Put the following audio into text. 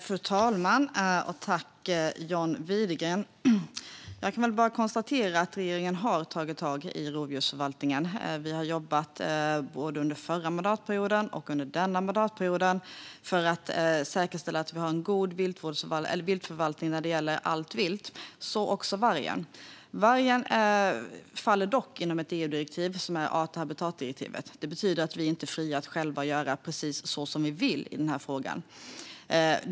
Fru talman! Jag kan bara konstatera att regeringen har tagit tag i rovdjursförvaltningen. Vi har jobbat både under förra mandatperioden och under denna för att säkerställa en god viltförvaltning när det gäller allt vilt, så också vargen. Vargen faller dock under ett EU-direktiv, art och habitatdirektivet. Det betyder att vi inte är fria att göra precis så som vi vill i den här frågan.